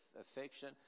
affection